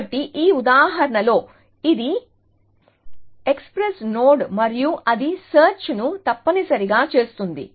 కాబట్టి ఈ ఉదాహరణ లో ఇది ఎక్స్ప్రెస్ నోడ్ మరియు అది సెర్చ్ ను తప్పనిసరిగా చేస్తుంది